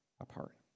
apart